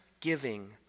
giving